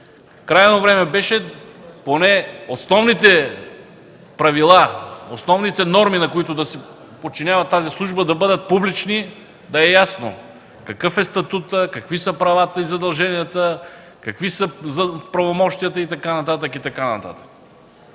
Крайно време беше поне основните правила, основните норми, на които да се подчинява тя, да бъдат публични и да е ясно какъв е статутът, какви са правата и задълженията, какви са правомощията и така нататък. Този законопроект,